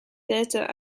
theatre